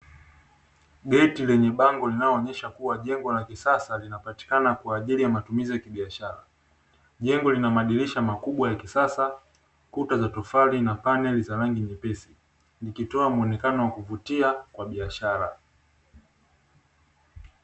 Geti lenye bango linaloonesha kuwa jengo la kisasa linapatikana kwa ajili ya matumizi ya kibiashara. Jengo lina madirisha makubwa ya kisasa, kuta za tofali na paneli za rangi nyepesi zikitoa muonekano wa kuvutia wa biashara.